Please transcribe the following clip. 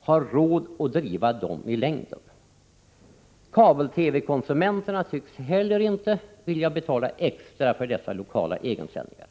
har råd att driva dem i längden. Kabel-TV-konsumenterna tycks heller inte vilja betala extra för lokala egensändningar.